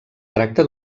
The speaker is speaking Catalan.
tracta